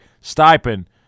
stipend